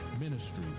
ministries